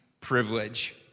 privilege